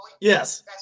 Yes